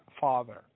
Father